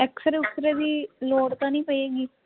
x ray ਉਕਸੁਰੇ ਦੀ ਲੋੜ ਤਾਂ ਨਹੀਂ ਪਵੇਗੀ